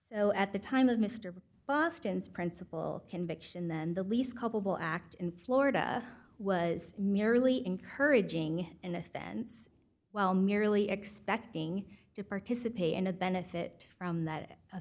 so at the time of mr boston's principal conviction then the least culpable act in florida was merely encouraging in offense while merely expecting to participate and the benefit from that